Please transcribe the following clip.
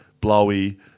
Blowy